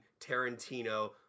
Tarantino